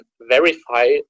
verify